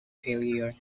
failure